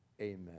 amen